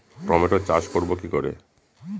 টমেটোর চাষ করব কি করে?